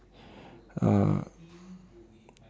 uh